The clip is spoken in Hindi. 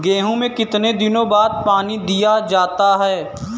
गेहूँ में कितने दिनों बाद पानी दिया जाता है?